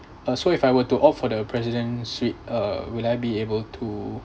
uh so if I were to opt for the president suite uh will I be able to